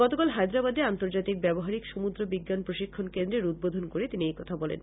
গতকাল হায়দ্রাবাদে আন্তর্জাতিক ব্যবহারিক সমুদ্র বিজ্ঞান প্রশিক্ষণ কেন্দ্রের উদ্বোধন করে তিনি এ কথা বলেন